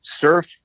surf